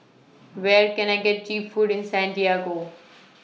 Where Can I get Cheap Food in Santiago